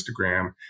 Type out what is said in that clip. Instagram